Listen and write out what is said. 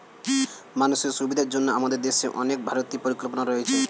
মানুষের সুবিধার জন্য আমাদের দেশে অনেক ভারতীয় পরিকল্পনা রয়েছে